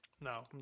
no